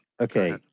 Okay